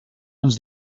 ens